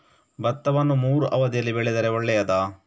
ಭತ್ತವನ್ನು ಮೂರೂ ಅವಧಿಯಲ್ಲಿ ಬೆಳೆದರೆ ಒಳ್ಳೆಯದಾ?